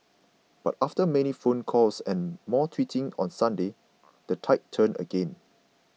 but after many phone calls and more tweeting on Sunday the tide turned again